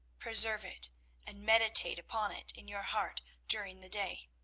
preserve it and meditate upon it in your heart during the day.